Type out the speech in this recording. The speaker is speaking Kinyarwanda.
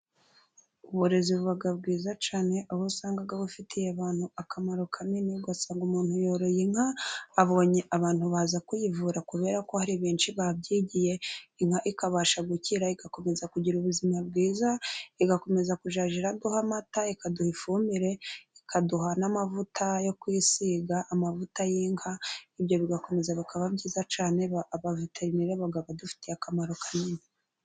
Uburezi bubaga bwiza cyane aho usanga bufitiye abantu akamaro kanini ugasanga umuntu yoroye inka, abonye abantu baza kuyivura kubera ko hari benshi babyigiye, inka ikabasha gukira igakomeza kugira ubuzima bwiza, igakomeza kujya iraduha amata, ikaduha ifumbire, ikaduha n'amavuta yo kwisiga, amavuta y'inka. Ibyo bigakomeza bikaba byiza cyane abaveterineri baba badufitiye akamaro kanini.